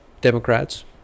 democrats